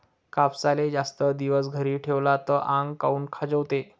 कापसाले जास्त दिवस घरी ठेवला त आंग काऊन खाजवते?